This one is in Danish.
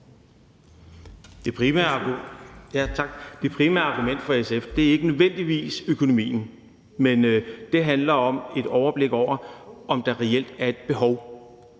Det primære argument for SF er ikke nødvendigvis økonomien, men det handler om et overblik over, om der reelt er et behov,